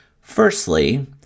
Firstly